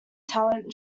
talent